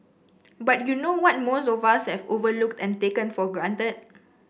but you know what most of us have overlooked and taken for granted